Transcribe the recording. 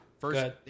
first